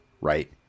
right